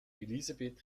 elisabeth